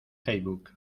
facebook